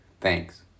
Thanks